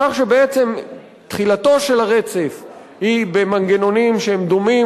כך שבעצם תחילתו של הרצף היא במנגנונים שהם דומים